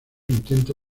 intento